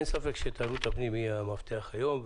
אין ספק שתיירות הפנים היא המפתח היום.